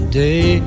day